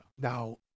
Now